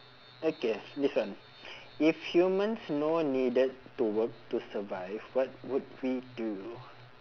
okay this one if humans no needed to work to survive what would we do